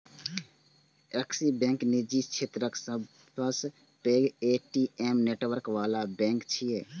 Axis bank निजी क्षेत्रक सबसं पैघ ए.टी.एम नेटवर्क बला बैंक छियै